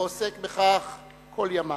ועוסק בכך כל ימיו,